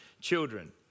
children